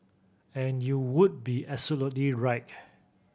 and you would be absolutely right